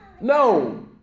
No